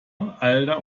alter